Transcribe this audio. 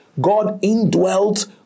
God-indwelt